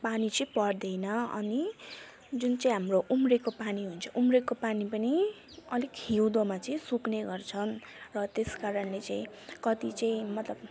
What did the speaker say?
पानी चाहिँ पर्दैन अनि जुन चाहिँ हाम्रो उम्रेको पानी हुन्छ उम्रेको पानी पनि अलिक हिउँदमा चाहिँ सुक्ने गर्छन् र त्यसकारणले चाहिँ कति चाहिँ मतलब